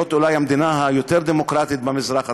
אולי המדינה היותר-דמוקרטית במזרח התיכון.